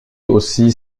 aussi